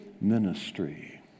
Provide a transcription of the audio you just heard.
ministry